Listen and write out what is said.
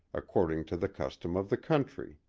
according to the custom of the country.